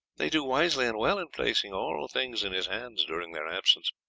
they do wisely and well in placing all things in his hands during their absence.